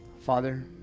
father